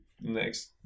next